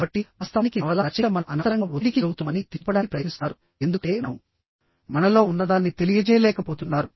కాబట్టి వాస్తవానికి నవలా రచయిత మనం అనవసరంగా ఒత్తిడికి గురవుతున్నామని ఎత్తి చూపడానికి ప్రయత్నిస్తున్నారు ఎందుకంటే మనం మనలో ఉన్నదాన్ని తెలియజేయలేకపోతున్నారు